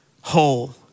whole